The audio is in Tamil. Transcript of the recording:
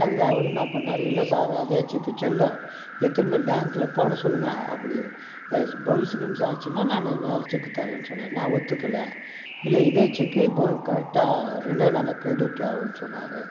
அதுக்கு அவர் என்ன பண்ணார் இல்லை சார் அதே செக் செல்லும் எடுத்துனு போய் பேங்க்கில் போட சொல்லுங்கள் அப்படி பவுன்ஸ் கிவுன்ஸு ஆச்சுன்னா நான் வேற செக்கு தர்றேன்னு சொன்னார் நான் ஒத்துக்கலை இல்லை இதே செக்கு கரெக்டா ரெண்டு நாளில் கெரிடிட் ஆகும்னு சொன்னார்